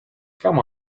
come